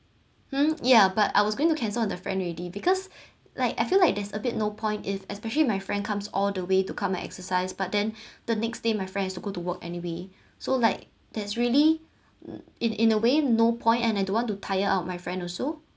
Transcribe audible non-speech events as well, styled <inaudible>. hmm ya but I was going to cancel on the friend already because <breath> like I feel like there's a bit no point if especially my friend comes all the way to come and exercise but then the next day my friends has to go to work anyway so like there's really uh in in a way no point and I don't want to tire out my friend also